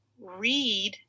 read